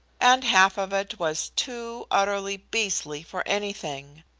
and half of it was too utterly beastly for anything.